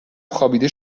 خوابیده